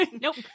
Nope